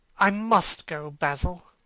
i must go, basil,